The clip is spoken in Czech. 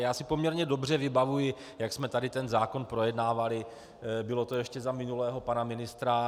Já si poměrně dobře vybavuji, jak jsme tady zákon projednávali, bylo to ještě za minulého pana ministra.